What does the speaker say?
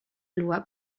loi